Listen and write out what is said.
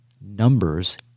numbers